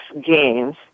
games